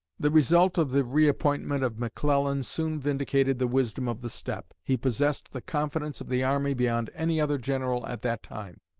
the result of the reappointment of mcclellan soon vindicated the wisdom of the step. he possessed the confidence of the army beyond any other general at that time,